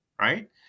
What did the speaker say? right